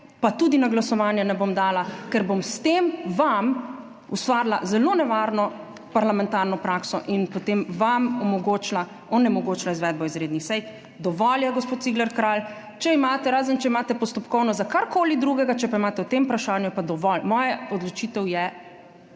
pa tudi na glasovanje ne bom dala, ker bom s tem vam ustvarila zelo nevarno parlamentarno prakso in potem vam omogočila, onemogočila izvedbo izrednih sej. Dovolj je, gospod Cigler Kralj. Razen če imate postopkovno za karkoli drugega, če pa imate o tem vprašanju, je pa dovolj. Moja odločitev je